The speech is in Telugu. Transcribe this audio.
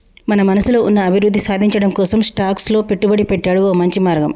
మన మనసులో ఉన్న అభివృద్ధి సాధించటం కోసం స్టాక్స్ లో పెట్టుబడి పెట్టాడు ఓ మంచి మార్గం